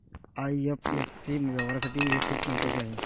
IFSC व्यवहारासाठी हे खूप महत्वाचे आहे